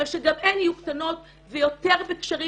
אבל שגם הן יהיו קטנות ויותר בקשרים